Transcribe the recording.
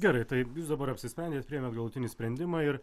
gerai taip jūs dabar apsisprendėt priėmėt galutinį sprendimą ir